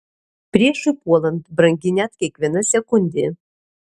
priešui puolant brangi net kiekviena sekundė